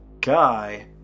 Guy